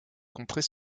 contrées